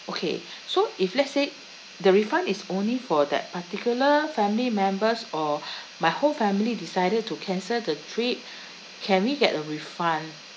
okay so if let's say the refund is only for that particular family members or my whole family decided to cancel the trip can we get a refund